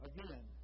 Again